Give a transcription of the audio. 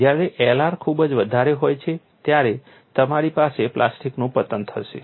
જ્યારે Lr ખૂબ વધારે છે ત્યારે તમારી પાસે પ્લાસ્ટિકનું પતન થશે